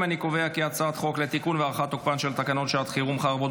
את הצעת חוק לתיקון ולהארכת תוקפן של תקנות שעת חירום (חרבות